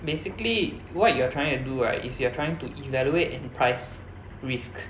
basically what you are trying to do right is you are trying to evaluate and price risk